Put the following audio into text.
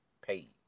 paid